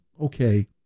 Okay